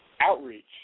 outreach